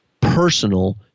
personal